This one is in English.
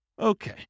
Okay